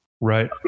Right